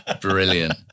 Brilliant